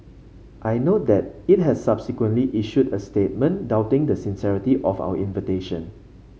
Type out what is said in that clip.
I note that it has subsequently issued a statement doubting the sincerity of our invitation